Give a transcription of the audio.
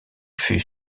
fut